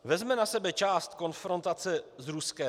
Vezmeme na sebe část konfrontace s Ruskem?